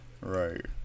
Right